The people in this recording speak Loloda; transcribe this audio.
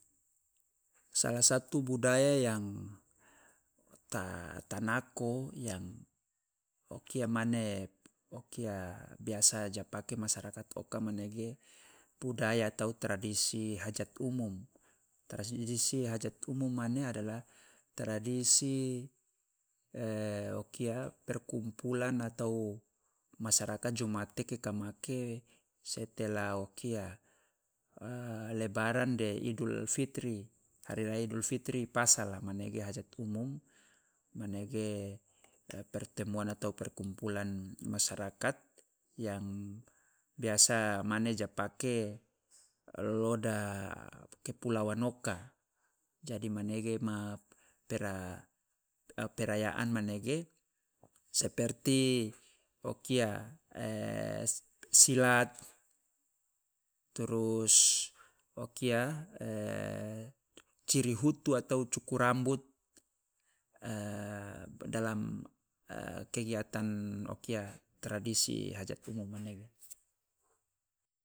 Salah satu budaya yang ta- ta nako ya o kia mane o kia biasa ja pake masyarakat oka manege budaya atau tradisi hajat umum, tradisi hajat umum mane adalah tradisi o kia perkumpulan atau masyarakat jo matekeka make setelah o kia lebaran de idul fitri, hari raya idul fitri pasala manege hajat umum manege pertemuan atau perkumpulan masyarakat yang biasa mane ja pake loda kepulauan oka jadi manege ma pera perayaan manege seperti o kia silat, trus o kia ciri hutu atau cukur rambut dalam kegiatan o kia tradisi hajat umum.